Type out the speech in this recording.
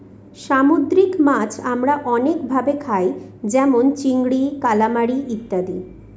সামুদ্রিক মাছ আমরা অনেক ভাবে খায় যেমন চিংড়ি, কালামারী ইত্যাদি